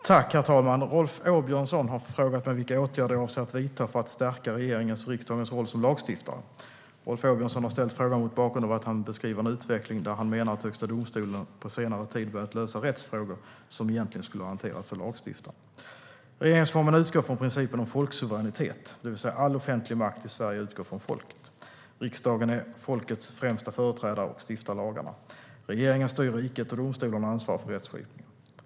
Herr talman! Rolf Åbjörnsson har frågat mig vilka åtgärder jag avser att vidta för att stärka regeringens och riksdagens roll som lagstiftare. Rolf Åbjörnsson har ställt frågan mot bakgrund av att han beskriver en utveckling där han menar att Högsta domstolen på senare tid börjat lösa rättsfrågor som egentligen skulle ha hanterats av lagstiftaren. Regeringsformen utgår från principen om folksuveränitet, det vill säga all offentlig makt i Sverige utgår från folket. Riksdagen är folkets främsta företrädare och stiftar lagarna. Regeringen styr riket, och domstolarna ansvarar för rättskipningen.